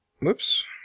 Whoops